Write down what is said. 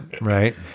Right